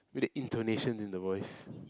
with a intonation in the voice